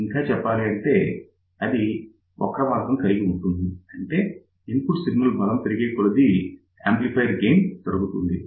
ఇంకా చెప్పాలంటే అది వక్రమార్గం కలిగి ఉంటుంది అంటే ఇన్ఫుట్ సిగ్నల్ బలం పెరిగే కొలది యాంప్లిఫయర్ గెయిన్ తగ్గుతుంది